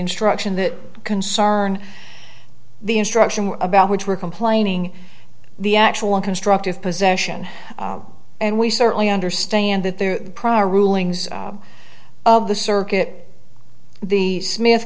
instruction that concern the instruction about which we're complaining the actual constructive possession and we certainly understand that the prior rulings of the circuit the smith